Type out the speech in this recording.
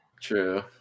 True